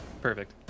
Perfect